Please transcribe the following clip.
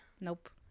nope